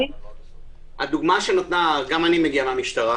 גם אני מגיע מהמשטרה